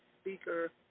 speaker